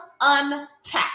untapped